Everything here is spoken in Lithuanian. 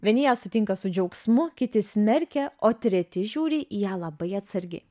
vieni ją sutinka su džiaugsmu kiti smerkia o treti žiūri į ją labai atsargiai